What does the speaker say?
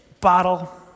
bottle